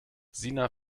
sina